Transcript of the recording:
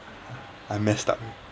I messed up